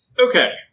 Okay